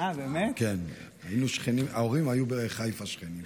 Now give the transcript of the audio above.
ההורים היו שכנים בחיפה.